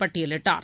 பட்டயலிட்டார்